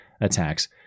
attacks